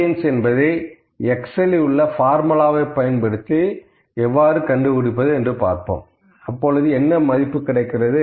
variance என்பதை எக்சலில் உள்ள பார்முலாவை பயன்படுத்தி கண்டுபிடித்தால் என்ன கிடைக்கும்